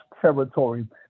territory